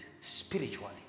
spiritually